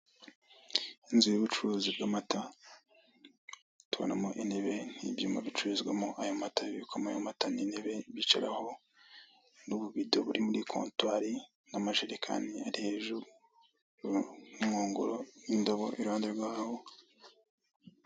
Inzu y'ubucuruzi by'amata, tubonamo intebe n'ibyuma bicururizwamo ayo mata bibikwamo ayo mata n'intebe bicaraho n'ubuvido buri muri kotwari n'akajerekani Ari hejuru n'inkongoro n'indobo iruhande rwaho.